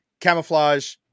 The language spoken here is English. camouflage